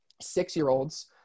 six-year-olds